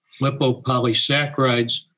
lipopolysaccharides